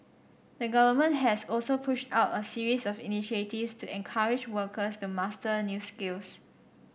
the government has also pushed out a series of initiatives to encourage workers to master new skills